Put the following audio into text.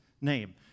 name